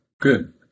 good